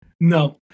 No